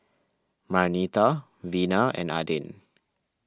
Marnita Vena and Adin